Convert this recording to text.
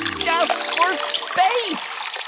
just for space